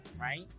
Right